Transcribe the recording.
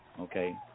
Okay